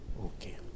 Okay